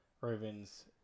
Ravens